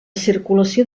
circulació